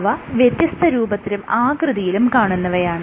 അവ വ്യത്യസ്ത രൂപത്തിലും ആകൃതിയിലും കാണുന്നവയാണ്